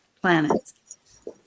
planets